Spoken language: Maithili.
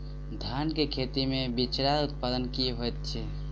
धान केँ खेती मे बिचरा उत्पादन की होइत छी?